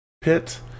pit